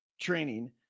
training